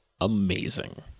amazing